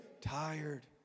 Tired